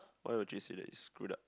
why would you say that it's screwed up